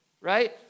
right